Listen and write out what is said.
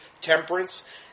temperance